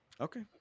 Okay